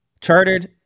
chartered